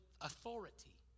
authority